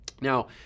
Now